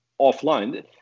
offline